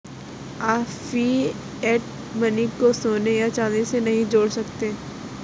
आप fiat money को सोने या चांदी से नहीं जोड़ सकते